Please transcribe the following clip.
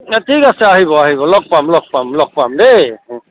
অ ঠিক আছে আহিব আহিব লগ পাম লগ পাম লগ পাম দেই ও